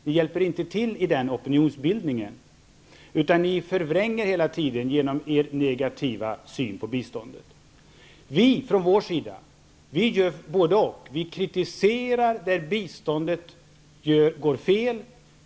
Ni hjälper inte till i opinionsbildningen, utan ni förvränger hela tiden genom er negativa syn på biståndet. Vi från vår sida gör både-och. Vi kritiserar där biståndet går fel.